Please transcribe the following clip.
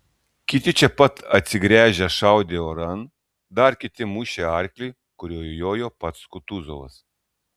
kiti čia pat atsigręžę šaudė oran dar kiti mušė arklį kuriuo jojo pats kutuzovas